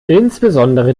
insbesondere